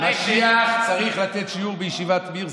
משיח צריך לתת שיעור בישיבת מיר,